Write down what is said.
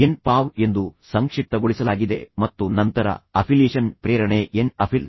N ಪಾವ್ ಎಂದು ಸಂಕ್ಷಿಪ್ತಗೊಳಿಸಲಾಗಿದೆ ಮತ್ತು ನಂತರ ಅಫಿಲಿಯೇಷನ್ ಪ್ರೇರಣೆ ಎನ್ ಅಫಿಲ್